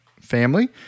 family